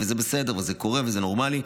וזה בסדר, זה קורה וזה נורמלי.